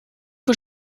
für